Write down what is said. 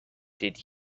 did